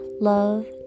love